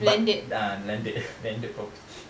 but ah landed landed property